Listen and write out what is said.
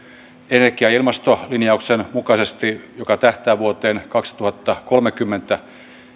energia ja ilmastolinjauksen mukaisesti joka tähtää vuoteen kaksituhattakolmekymmentä